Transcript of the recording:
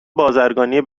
بازرگانی